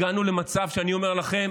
הגענו למצב שאני אומר לכם,